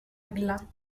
glun